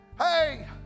Hey